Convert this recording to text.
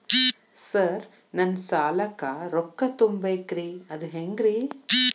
Sir ನನ್ನ ಸಾಲಕ್ಕ ರೊಕ್ಕ ತುಂಬೇಕ್ರಿ ಅದು ಹೆಂಗ್ರಿ?